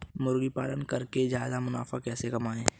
मुर्गी पालन करके ज्यादा मुनाफा कैसे कमाएँ?